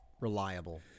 reliable